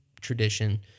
tradition